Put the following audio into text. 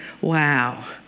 wow